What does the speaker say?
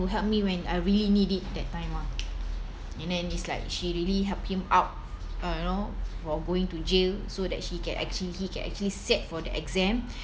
to help me when I really need it that time ah and then it's like she really helped him out uh you know for going to jail so that she can actually he can actually sat for the exam